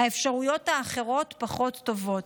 האפשרויות האחרות פחות טובות.